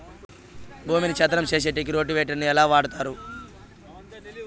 భూమిని చదరం సేసేకి రోటివేటర్ ని ఎట్లా వాడుతారు?